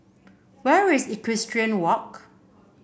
where is Equestrian Walk